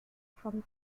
from